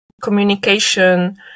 communication